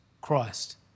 Christ